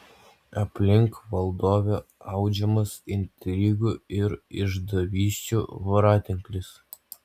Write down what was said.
aplink valdovę audžiamas intrigų ir išdavysčių voratinklis